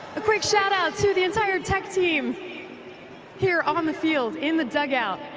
a quick shout-out to the entire tech team here on the fields, in the dugout,